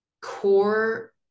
core